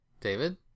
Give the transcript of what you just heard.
David